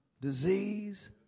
disease